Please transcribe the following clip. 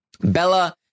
Bella